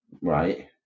Right